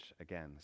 again